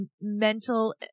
mental